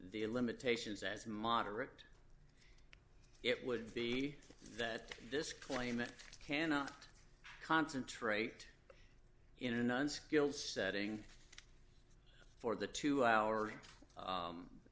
the limitations as moderate it would be that this claim it cannot concentrate in an unskilled setting for the two hour